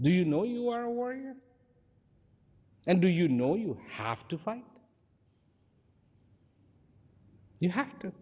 do you know you are a warrior and do you know you have to hunt you have to